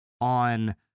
on